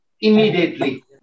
immediately